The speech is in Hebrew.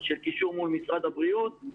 של קישור מול משרד הבריאות.